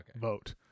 vote